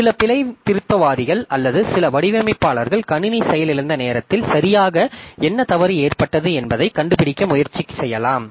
சில பிழைத்திருத்தவாதிகள் அல்லது சில வடிவமைப்பாளர்கள் கணினி செயலிழந்த நேரத்தில் சரியாக என்ன தவறு ஏற்பட்டது என்பதைக் கண்டுபிடிக்க முயற்சி செய்யலாம்